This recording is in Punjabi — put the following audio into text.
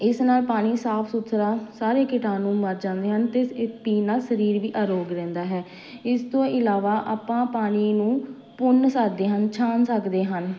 ਇਸ ਨਾਲ ਪਾਣੀ ਸਾਫ਼ ਸੁਥਰਾ ਸਾਰੇ ਕੀਟਾਣੂ ਮਰ ਜਾਂਦੇ ਹਨ ਤੇਅ ਇਹ ਪੀਣ ਨਾਲ ਸਰੀਰ ਵੀ ਅਰੋਗ ਰਹਿੰਦਾ ਹੈ ਇਸ ਤੋਂ ਇਲਾਵਾ ਆਪਾਂ ਪਾਣੀ ਨੂੰ ਪੁਣ ਸਕਦੇ ਹਨ ਛਾਣ ਸਕਦੇ ਹਨ